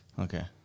Okay